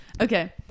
Okay